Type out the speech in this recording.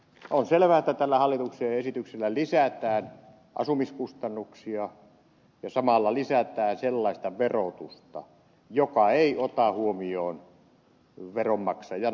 on selvää että tällä hallituksen esityksellä lisätään asumiskustannuksia ja samalla lisätään sellaista verotusta joka ei ota huomioon veronmaksajan maksukykyä niin kuin täällä on todettu